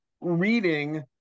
reading